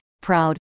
proud